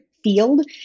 field